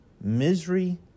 misery